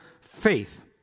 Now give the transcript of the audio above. faith